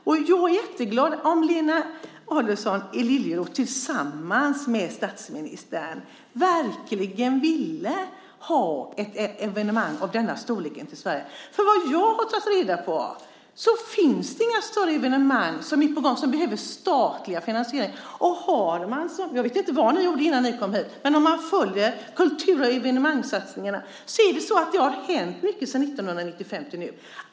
Jag skulle bli jätteglad om Lena Adelsohn Liljeroth tillsammans med statsministern verkligen ville ha ett evenemang av denna storlek till Sverige. Jag har tagit reda på att det inte finns några större evenemang som är på gång och som behöver statlig finansiering. Jag vet inte vad ni gjorde innan ni kom hit, men om man följer kultur och evenemangssatsningarna ser man att det har hänt mycket från 1995 och fram till nu.